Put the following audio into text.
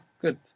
Good